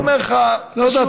אבל אני אומר לך: תראה,